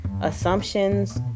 assumptions